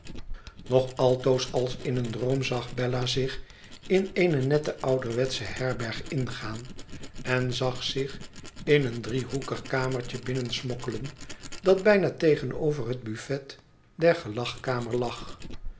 nog altoos als in een droom zag bella zich in eene nette ouderwetsche herberg ingaan en zag zich in een driehoekig kamertje binnensmokkelen dat bijna tegenover het buffet der gelagkamer lag